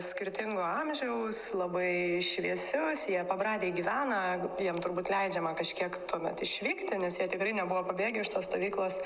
skirtingo amžiaus labai šviesius jie pabradėj gyvena jiem turbūt leidžiama kažkiek tuomet išvykti nes jie tikrai nebuvo pabėgę iš tos stovyklos